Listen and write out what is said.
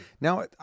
Now